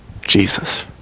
Jesus